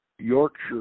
Yorkshire